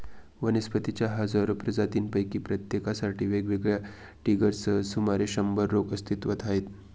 वनस्पतींच्या हजारो प्रजातींपैकी प्रत्येकासाठी वेगवेगळ्या ट्रिगर्ससह सुमारे शंभर रोग अस्तित्वात आहेत